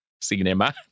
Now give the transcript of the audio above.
cinema